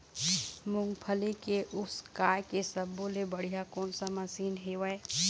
मूंगफली के उसकाय के सब्बो ले बढ़िया कोन सा मशीन हेवय?